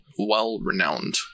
well-renowned